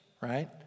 right